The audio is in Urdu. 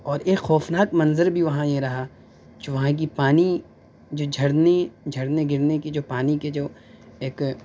اور ایک خوفناک منظر بھی وہاں یہ رہا جو وہاں کی پانی جو جھرنے جھرنے گرنے کی جو پانی کے جو ایک